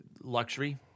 luxury